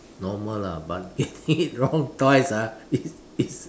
normal lah but] getting it wrong twice ah is is